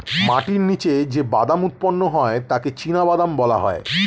মাটির নিচে যে বাদাম উৎপন্ন হয় তাকে চিনাবাদাম বলা হয়